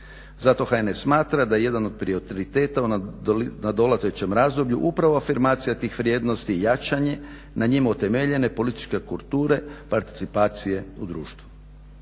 zato HNS smatra da je jedna od prioriteta u nadolazećem razdoblju upravo afirmacija tih vrijednosti, jačanje, na njima utemeljene političke kulture, participacije u društvu.